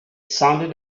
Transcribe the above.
sounded